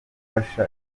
gufasha